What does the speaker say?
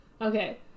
Okay